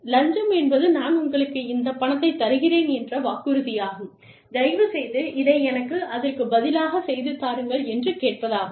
லஞ்சம் என்பது நான் உங்களுக்கு இந்த பணத்தைத் தருகிறேன் என்ற வாக்குறுதியாகும் தயவுசெய்து இதை எனக்கு அதற்குப் பதிலாகச் செய்துதாருங்கள் என்று கேட்பதாகும்